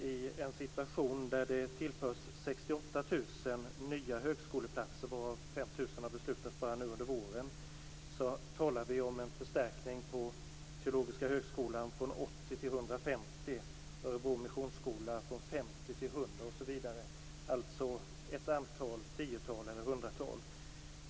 I en situation där 68 000 nya högskoleplatser tillförs, varav 5 000 platser har beslutats nu under våren, talar vi om en förstärkning vid Teologiska Högskolan från 80 till 150 platser, vid Örebro Missionsskola från 50 till 100 platser osv. Det rör sig alltså om ett antal tiotal eller hundratal nya platser.